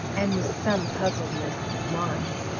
and with some puzzledness of mind,